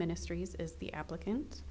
ministries is the applicant